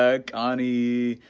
like ani,